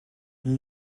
این